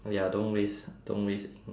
!aiya! don't waste don't waste ink